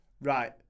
right